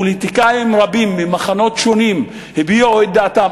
פוליטיקאים רבים ממחנות שונים הביעו את דעתם.